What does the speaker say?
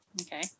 Okay